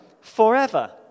forever